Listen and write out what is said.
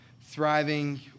thriving